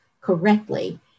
correctly